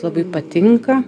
labai patinka